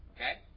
Okay